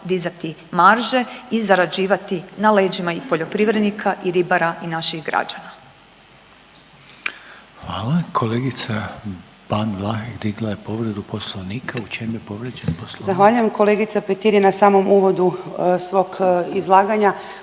dizati marže i zarađivati na leđima i poljoprivrednika i ribara i naših građana. **Reiner, Željko (HDZ)** Hvala. Kolegica Ban Vlahek digla je povredu Poslovnika. U čem je povrijeđen Poslovnik? **Ban, Boška (SDP)** Zahvaljujem. Kolegica Petir je na samom uvodu svog izlaganja